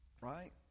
right